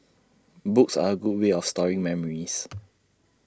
books are A good way of storing memories